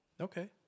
okay